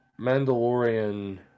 Mandalorian